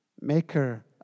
Maker